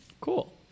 Cool